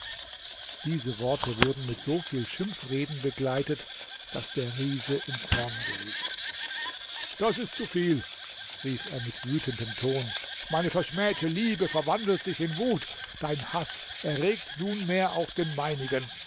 diese worte wurden mit so viel schimpfreden begleitet daß der riese in zorn geriet das ist zu viel rief er mit wütendem ton meine verschmähte liebe verwandelt sich in wut dein haß erregt nunmehr auch den meinigen